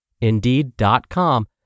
Indeed.com